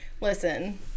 Listen